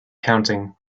counting